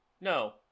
No